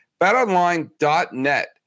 BetOnline.net